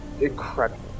incredible